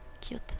Cute